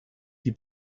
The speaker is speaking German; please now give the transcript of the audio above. die